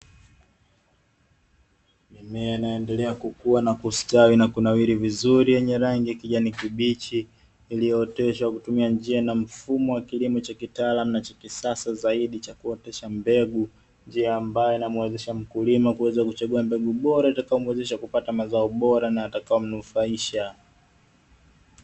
Mimea inaendelea kukua na kustawi na kunawiri vizuri yenye rangi ya kijani kibichi. Iliyooteshwa kutumia njia na mfumo wa kilimo cha kitaalamu na cha kisasa zaidi cha kuotesha mbegu . Njia ambayo inamuwezesha mkulima kuweza kuchagua mbegu bora itakayomuwezesha kupata mbegu bora na yatakayo mnufaisha.